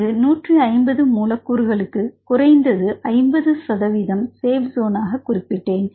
இங்கு 150 மூலக்கூறுகளுக்கு குறைந்தது 50 சேப் சோனாக குறிப்பிட்டேன்